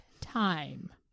time